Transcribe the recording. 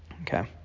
Okay